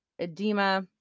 edema